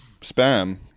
spam